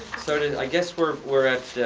so then i'll guess we're we're at